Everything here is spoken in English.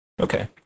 okay